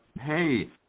hey